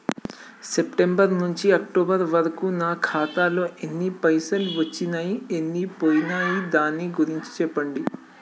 September నుంచి October వరకు నా ఖాతాలో ఎన్ని పైసలు వచ్చినయ్ ఎన్ని పోయినయ్ దాని గురించి చెప్పండి?